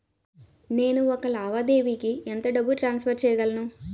నేను ఒక లావాదేవీకి ఎంత డబ్బు ట్రాన్సఫర్ చేయగలను?